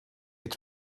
hier